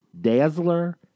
Dazzler